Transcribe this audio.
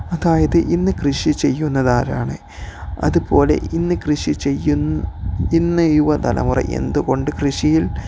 അതായത് ഇന്ന് കൃഷി ചെയ്യുന്നതാരാണ് അതുപോലെ ഇന്ന് കൃഷി ഇന്ന് യുവതലമുറ എന്തുകൊണ്ട് കൃഷിയിൽ